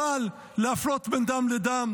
אבל להפלות בין דם לדם,